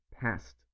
past